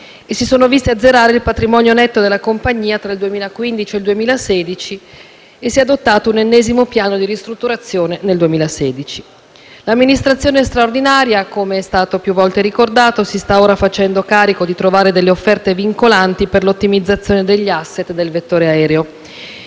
si è visto azzerare il patrimonio netto della compagnia tra il 2015 e il 2016 e si è adottato un ennesimo piano di ristrutturazione nel 2016. L'amministrazione straordinaria, come è stato più volte ricordato, si sta ora facendo carico di trovare delle offerte vincolanti per l'ottimizzazione degli *asset* del vettore aereo